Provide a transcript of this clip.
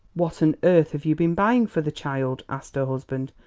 what on earth have you been buying for the child? asked her husband.